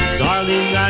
darling